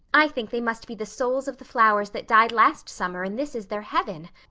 i think they must be the souls of the flowers that died last summer and this is their heaven.